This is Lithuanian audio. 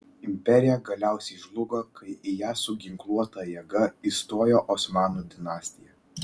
imperija galiausiai žlugo kai į ją su ginkluota jėga įstojo osmanų dinastija